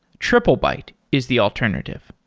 triplebyte is the alternative.